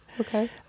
Okay